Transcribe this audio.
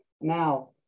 Now